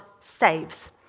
saves